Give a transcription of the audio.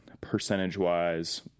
percentage-wise